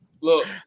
look